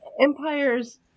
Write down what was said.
Empires